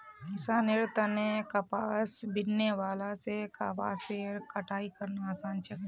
किसानेर तने कपास बीनने वाला से कपासेर कटाई करना आसान छे